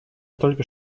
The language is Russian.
только